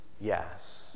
yes